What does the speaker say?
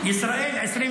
זה --- ישראל 2024,